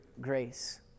grace